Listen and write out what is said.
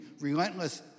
relentless